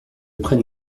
prenne